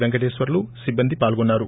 వెంకటేశ్వర్లు సిబ్బంది పాల్గొన్నారు